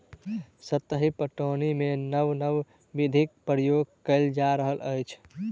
सतही पटौनीमे नब नब विधिक प्रयोग कएल जा रहल अछि